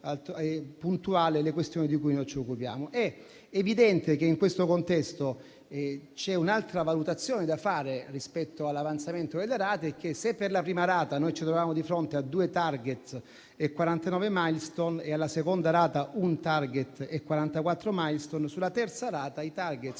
puntuale le questioni di cui ci occupiamo. È evidente che, in tale contesto, c'è un'altra valutazione da fare rispetto all'avanzamento delle rate. Se per la prima rata ci troviamo di fronte a due *target* e 49 *milestone*, per la seconda rata un *target* e 44 *milestone*, per quanto riguarda